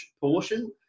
portion